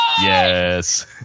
yes